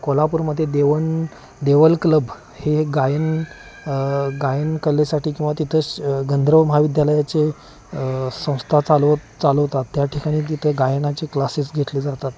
कोल्हापूरमध्ये देवण देवल क्लब हे गायन गायन कलेसाठी किंवा तिथं श गंधर्व महाविद्यालयाचे संस्था चालवत चालवतात त्या ठिकाणी तिथे गायनाचे क्लासेस घेतले जातात